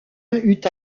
eut